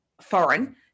foreign